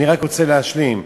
אני רק רוצה להשלים.